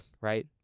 right